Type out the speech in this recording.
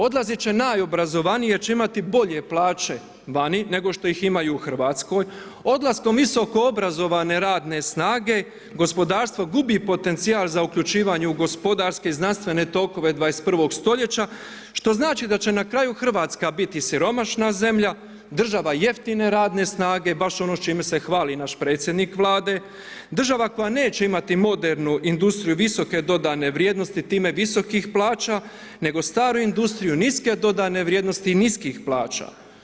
Odlazit će najobrazovaniji jer će imati bolje plaće vani nego što ih imaju u Hrvatskoj, odlaskom visokoobrazovane radne snage gospodarstvo gubi potencijal za uključivanje u gospodarske i znanstvene tokove 21. st., što znači da će na kraju Hrvatska biti siromašna zemlja, država jeftine radne snage, baš ono s čime se hvali naš predsjednik Vlade, država koja neće imati modernu industriju visoke dodane vrijednosti time visokih plaća nego staru industriju niske dodane vrijednosti i niskih plaća.